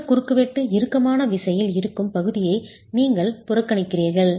சுவர் குறுக்குவெட்டு இறுக்கமான விசையில் இருக்கும் பகுதியை நீங்கள் புறக்கணிக்கிறீர்கள்